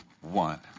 one